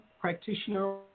practitioner